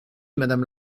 madame